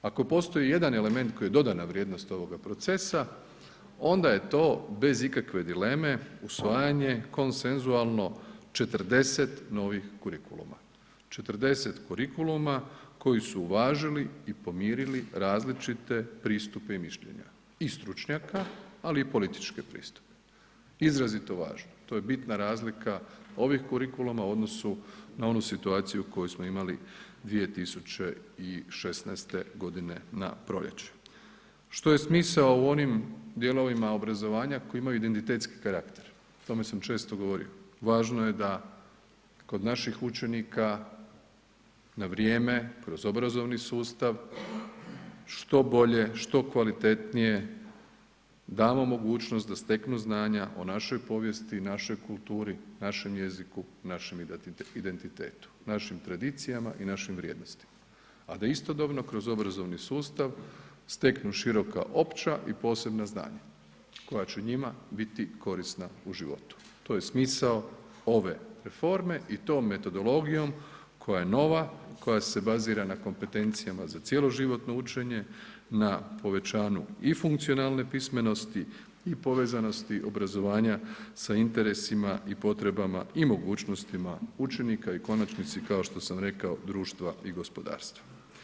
Ako postoji jedan element koji je dodana vrijednost ovoga procesa onda je bez ikakve dileme usvajanje konsensualno 40 novih kurikuluma, 40 kurikuluma koji su uvažili i pomirili različite pristupe i mišljenja i stručnjaka, ali i političke pristupe, izrazito važno, to je bitna razlika ovih kurikuluma u odnosu na onu situaciju koju smo imali 2016.g. na proljeće, što je smisao u onim dijelovima obrazovanja koji imaju entitetski karakter, o tome sam često govorio, važno je da kod naših učenika na vrijeme, kroz obrazovni sustav, što bolje, što kvalitetnije damo mogućnost da steknu znanja o našoj povijesti i našoj kulturi, našem jeziku, našem identitetu, našim tradicijama i našim vrijednostima, a da istodobno kroz obrazovni sustav steknu široka opća i posebna znanja koja će njima biti korisna u životu, to je smisao ove reforme i tom metodologijom koja je nova, koja se bazira na kompentencijama za cjeloživotno učenje, na povećanju i funkcionalne pismenosti i povezanosti obrazovanja sa interesima i potrebama i mogućnostima učenika i u konačnici, kao što sam rekao, društva i gospodarstva.